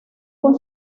con